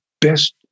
best